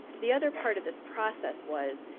the other part of this process was,